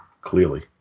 Clearly